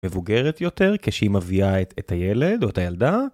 מבוגרת יותר, כשהיא מביאה את הילד או את הילדה.